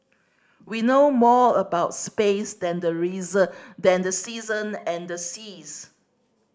we know more about space than the reason than the season and the seas